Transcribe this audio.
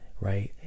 right